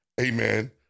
amen